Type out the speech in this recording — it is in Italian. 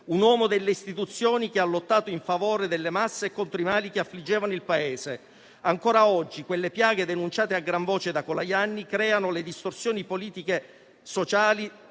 un uomo delle istituzioni che ha lottato in favore delle masse e contro i mali che affliggevano il Paese. Ancora oggi quelle piaghe denunciate a gran voce da Colajanni creano le distorsioni politiche e sociali